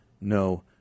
no